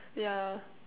yeah